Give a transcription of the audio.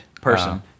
person